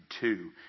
two